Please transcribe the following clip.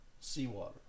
seawater